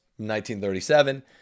1937